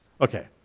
Okay